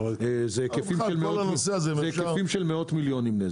זה נזק בהיקפים של מאות מיליונים.